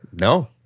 No